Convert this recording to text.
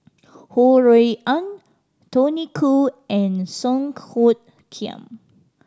Ho Rui An Tony Khoo and Song Hoot Kiam